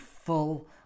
full